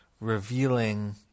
revealing